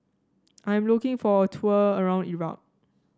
I'm looking for a tour around Iraq